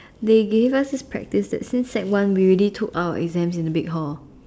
they give us this practice that since sec one we already took our exams in the big hall